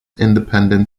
independent